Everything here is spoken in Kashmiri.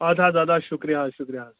اَدٕ حظ اَدٕ حظ شُکریہ حظ شُکریہ حظ